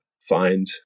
find